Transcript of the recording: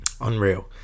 Unreal